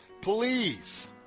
please